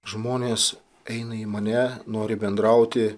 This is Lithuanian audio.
žmonės eina į mane nori bendrauti